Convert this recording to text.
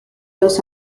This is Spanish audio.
los